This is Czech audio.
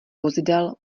vozidel